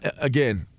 again